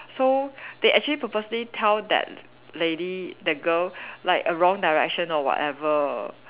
so they actually purposely tell that lady the girl like a wrong direction or whatever